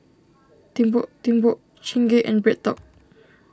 Timbuk Timbuk Chingay and BreadTalk